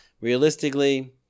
realistically